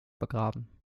begraben